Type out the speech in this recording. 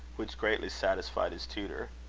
which greatly satisfied his tutor.